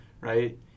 right